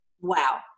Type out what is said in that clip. wow